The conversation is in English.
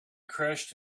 crashed